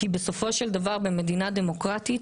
במדינה דמוקרטית,